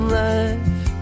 life